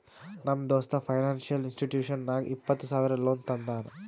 ನಮ್ ದೋಸ್ತ financial institution ನಾಗ್ ಇಪ್ಪತ್ತ ಸಾವಿರ ಲೋನ್ ತಂದಾನ್